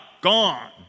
Gone